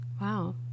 Wow